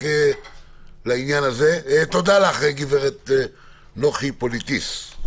ותודה לך, גברת נוחי פוליטיס.